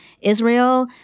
Israel